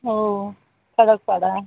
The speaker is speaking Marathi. हो खडकपाडा